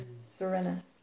Serena